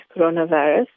coronavirus